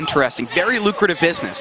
interesting very lucrative business